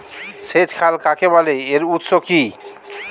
সেচ খাল কাকে বলে এর উৎস কি?